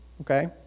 okay